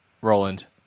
Roland